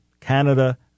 Canada